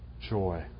joy